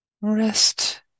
rest